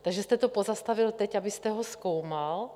Takže jste to pozastavil teď, abyste ho zkoumal?